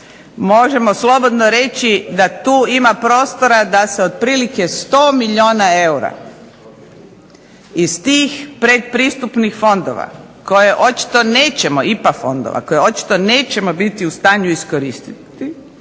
možemo slobodno reći da tu ima prostora da se otprilike 100 milijuna eura iz tih pretpristupnih fondova koje očito nećemo biti u stanju iskoristiti,